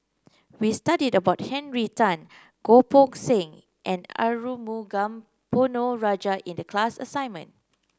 we studied about Henry Tan Goh Poh Seng and Arumugam Ponnu Rajah in the class assignment